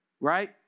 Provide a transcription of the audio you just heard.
right